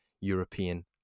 European